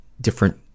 different